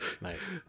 Nice